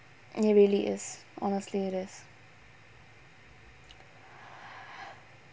and it really is honestly it is